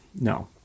no